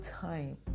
time